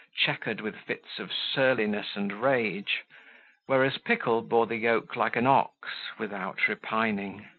chequered with fits of surliness and rage whereas pickle bore the yoke like an ox, without repining.